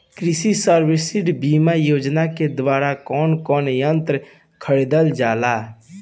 कृषि सब्सिडी बीमा योजना के द्वारा कौन कौन यंत्र खरीदल जाला?